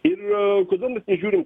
ir kodėl mes nežiūrim